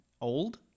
old